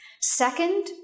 Second